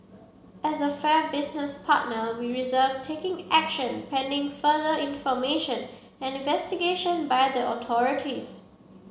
as a fair business partner we reserved taking action pending further information and investigation by the authorities